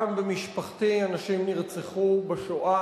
גם במשפחתי אנשים נרצחו בשואה,